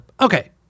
Okay